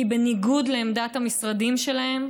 כי בניגוד לעמדת המשרדים שלהם,